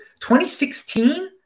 2016